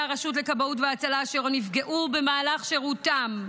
הרשות לכבאות והצלה אשר נפגעו במהלך שירותם,